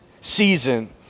season